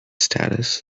status